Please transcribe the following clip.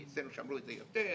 כי אצלנו שמרו את זה יותר,